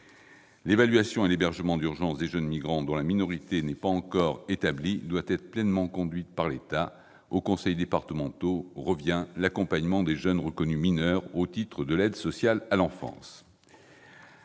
L'évaluation et l'hébergement d'urgence de jeunes migrants dont la minorité n'est pas encore établie doivent être pleinement conduits par l'État. Aux conseils départementaux revient l'accompagnement des jeunes reconnus mineurs au titre de l'aide sociale à l'enfance.